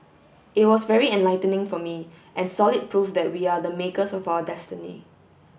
it was very enlightening for me and solid proof that we are the makers of our destiny